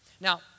Now